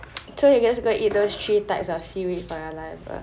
so you just going to eat those three types of seaweed for your life ah